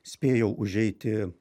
spėjau užeiti